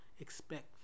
Expect